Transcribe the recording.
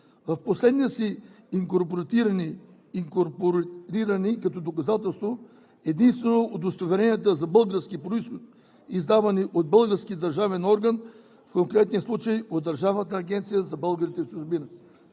В последните си инкорпорирания като доказателство единствено са удостоверенията за български произход, издавани от български държавен орган – в конкретния случай от Държавната агенция за българите в чужбина.